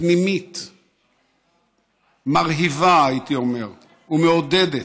פנימית מרהיבה, הייתי אומר, ומעודדת,